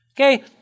Okay